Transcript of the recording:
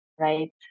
Right